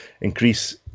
increase